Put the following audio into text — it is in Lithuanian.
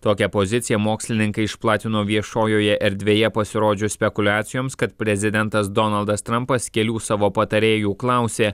tokią poziciją mokslininkai išplatino viešojoje erdvėje pasirodžius spekuliacijoms kad prezidentas donaldas trampas kelių savo patarėjų klausė